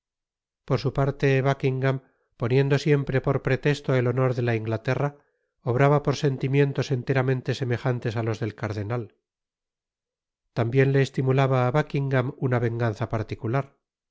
por su parte buckingam poniendo siempre por pretesto el honor de la inglaterra obraba por sentimientos enteramente semejantes á los del cardenal tambien le estimulaba á buckingam una venganza particular